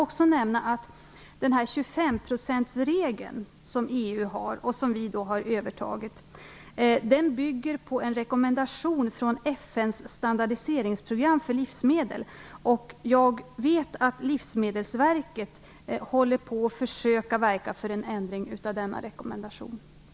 Jag kan också nämna att den regel om 25 % som EU har, och som vi har övertagit, bygger på en rekommendation från FN:s standardiseringsprogram för livsmedel. Jag vet att Livsmedelsverket försöker verka för en ändring av denna rekommendation.